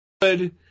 good